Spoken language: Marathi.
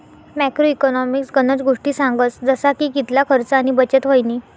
मॅक्रो इकॉनॉमिक्स गनज गोष्टी सांगस जसा की कितला खर्च आणि बचत व्हयनी